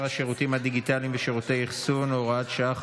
השירותים הדיגיטליים ושירותי האחסון (הוראת שעה,